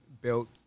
built